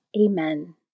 Amen